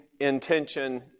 intention